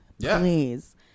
Please